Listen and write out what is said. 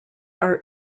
are